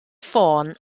ffôn